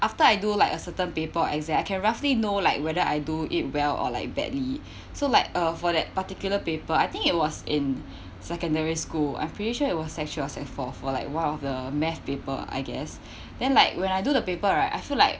after I do like a certain paper in exam I can roughly know like whether I do it well or like badly so like uh for that particular paper I think it was in secondary school I'm pretty sure it was sec~ three or sec four for like one of the math paper I guess then like when I do the paper right I feel like